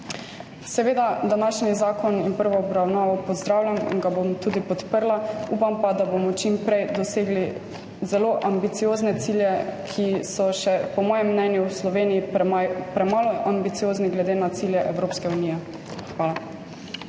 Seveda današnji zakon in prvo obravnavo pozdravljam in ga bom tudi podprla. Upam pa, da bomo čim prej dosegli zelo ambiciozne cilje, ki so po mojem mnenju v Sloveniji še premalo ambiciozni glede na cilje Evropske unije. Hvala.